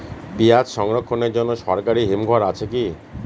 পিয়াজ সংরক্ষণের জন্য সরকারি হিমঘর আছে কি?